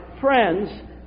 friends